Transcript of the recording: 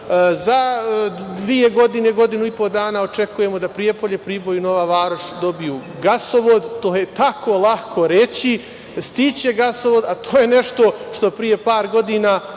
dve godine, godinu i po dana očekujemo da Prijepolje, Priboj i Nova Varoš dobiju gasovod. To je tako lako reći - stići će gasovod, a to je nešto što pre par godina